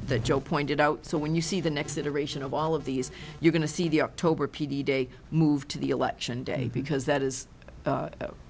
that the job pointed out so when you see the next iteration of all of these you're going to see the october p d day move to the election day because that is